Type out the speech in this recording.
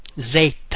Zeta